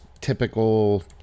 typical